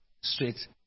straight